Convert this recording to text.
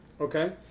Okay